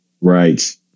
right